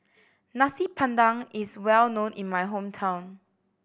Nasi Padang is well known in my hometown